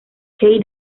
key